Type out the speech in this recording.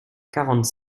quarante